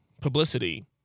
publicity